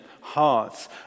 hearts